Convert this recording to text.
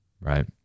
Right